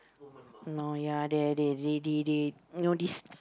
know this